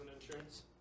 insurance